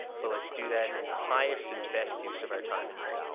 but let's do that in the highest and best use of our time and money.